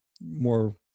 more